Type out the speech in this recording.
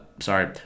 sorry